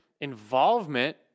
involvement